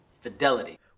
fidelity